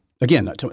Again